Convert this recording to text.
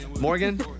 Morgan